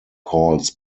calls